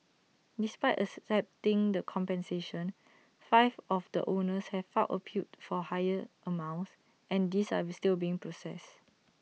despite accepting the compensation five of the owners have filed appeals for higher amounts and these are still being processed